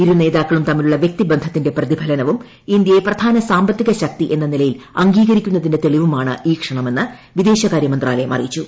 ഇരുനേതാക്കളും തമ്മിലുള്ള വ്യക്തിബന്ധത്തിന്റെ പ്രപ്രീഫലനവും ഇന്ത്യയെ പ്രധാന സാമ്പത്തിക ശക്തി എന്ന നില്യ്യിൽ അംഗീകരിക്കുന്നതിന്റെ തെളിവുമാണ് ഈ ക്ഷണമെസ്സ് പ്പ് ദേശകാര്യമന്ത്രാലയം അറിയിച്ചു